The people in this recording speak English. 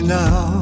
now